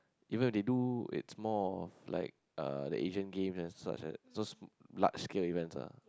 even if they do it's more of like uh the Asian game and such a those large scale events ah